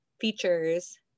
features